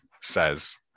says